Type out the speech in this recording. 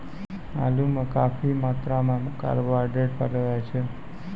आलू म काफी मात्रा म कार्बोहाइड्रेट पयलो जाय छै